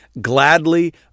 gladly